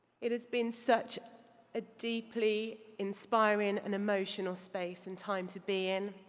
it has been such a deeply inspiring and emotional space and time to be in.